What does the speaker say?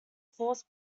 force